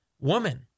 woman